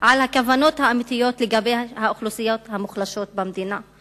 על הכוונות האמיתיות לגבי האוכלוסיות המוחלשות במדינה,